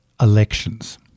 elections